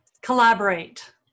Collaborate